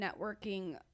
networking